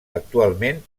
actualment